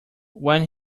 when